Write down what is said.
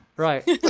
right